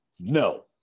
No